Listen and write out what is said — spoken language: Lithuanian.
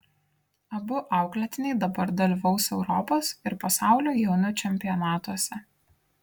abu auklėtiniai dabar dalyvaus europos ir pasaulio jaunių čempionatuose